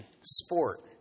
sport